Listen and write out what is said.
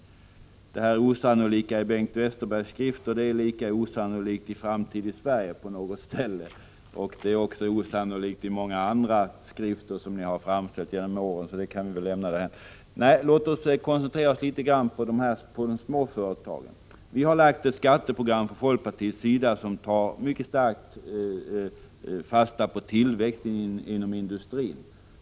Beträffande det osannolika i Bengt Westerbergs skrifter vill jag säga att det är lika osannolikt i Framtid för Sverige på något ställe, och även i många andra skrifter som ni har framställt genom åren, så det kan vi väl lämna därhän. Nej, låt oss koncentrera oss på de små företagen. Folkpartiet har lagt fram ett skatteprogram som tar mycket starkt fasta på tillväxten inom industrin.